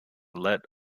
let